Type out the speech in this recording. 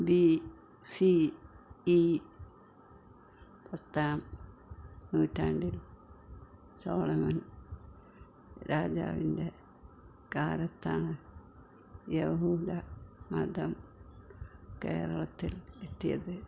B C E പത്താം നൂറ്റാണ്ടിൽ Solomon രാജാവിന്റെ കാലത്താണ് യഹൂദമതം കേരളത്തിൽ എത്തിയത്